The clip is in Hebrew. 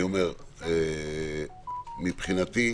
מבחינתי,